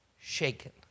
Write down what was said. shaken